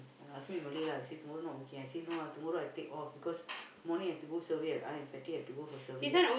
he ask me in Malay lah he say tomorrow not working ah no ah tomorrow I take off because morning have to go survey I and Fatty have to go for survey